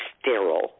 sterile